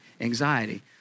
anxiety